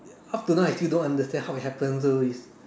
up to now I still don't understand how it happen so is